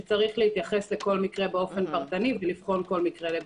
שצריך להתייחס לכל מקרה באופן פרטני ולבחון כל מקרה לגופו,